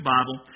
Bible